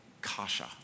kasha